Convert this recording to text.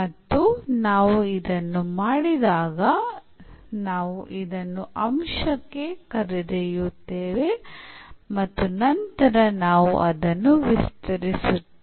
ಮತ್ತು ನಾವು ಇದನ್ನು ಮಾಡಿದಾಗ ನಾವು ಇದನ್ನು ಅಂಶಕ್ಕೆ ಕರೆದೊಯ್ಯುತ್ತೇವೆ ಮತ್ತು ನಂತರ ನಾವು ಅದನ್ನು ವಿಸ್ತರಿಸುತ್ತೇವೆ